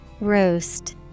Roast